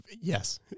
yes